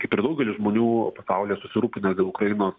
kaip ir daugelis žmonių pasaulyje susirūpinęs dėl ukrainos